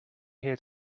here